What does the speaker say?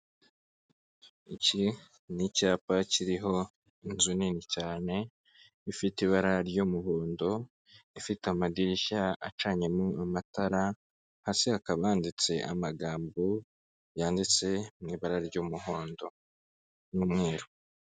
Iki ni icyapa kiriho inzu nini cyane, ifite ibara ry'umuhondo, ifite amadirishya acanyemo amatara, hasi hakaba handitse amagambo yanditse mu ibara ry'umuhondo n'umweru.